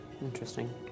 Interesting